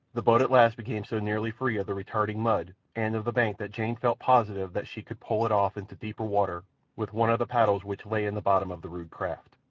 the boat at last became so nearly free of the retarding mud and of the bank that jane felt positive that she could pole it off into deeper water with one of the paddles which lay in the bottom of the rude craft.